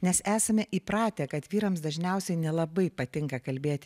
nes esame įpratę kad vyrams dažniausiai nelabai patinka kalbėti